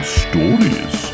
stories